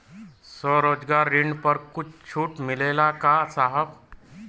स्वरोजगार ऋण पर कुछ छूट मिलेला का साहब?